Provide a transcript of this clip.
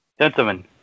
Gentlemen